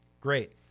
great